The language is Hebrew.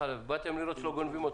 באתם לראות שלא גונבים אתכם.